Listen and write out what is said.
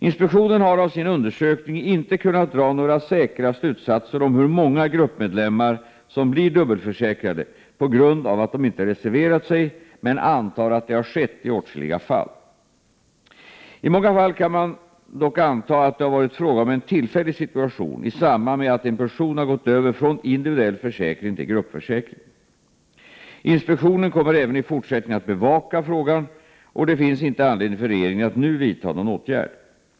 Inspektionen har av sin undersökning inte kunnat dra några säkra slutsatser om hur många gruppmedlemmar som blir dubbelförsäkrade på grund av att de inte reserverat sig men antar att det har skett i åtskilliga fall. I många fall kan man dock anta att det har varit fråga om en tillfällig situation i samband med att en person har gått över från individuell försäkring till gruppförsäkring. Inspektionen kommer även i fortsättningen att bevaka frågan, och det finns inte anledning för regeringen att nu vidta någon åtgärd.